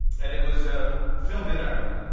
and it was ah filmed in ireland,